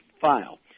file